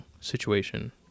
situation